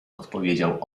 odpowiedział